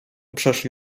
przeszli